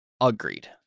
Agreed